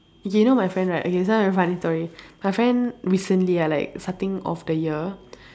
okay you know my friend right okay this one very funny story my friend recently ah like starting of the year